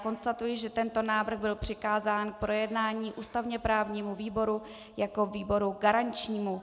Konstatuji, že návrh byl přikázán k projednání ústavněprávnímu výboru jako výboru garančnímu.